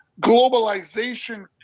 globalization